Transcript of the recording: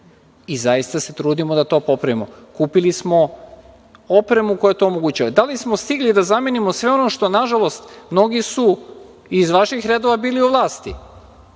i zaista se trudimo da to popravimo. Kupili smo opremu koja to omogućava. Da li smo stigli sve da zamenimo? Nažalost, mnogi su iz vaših redova bili u vlasti